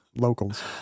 locals